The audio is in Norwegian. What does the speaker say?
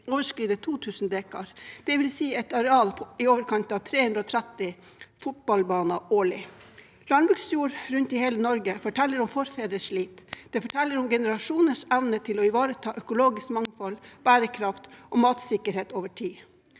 overstige 2 000 dekar, dvs. et areal på i overkant av 330 fotballbaner årlig. Landbruksjord rundt i hele Norge forteller om forfedrenes slit. Det forteller om generasjoners evne til å ivareta økologisk mangfold, bærekraft og matsikkerhet over tid.